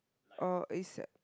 oh is at